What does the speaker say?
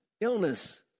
illness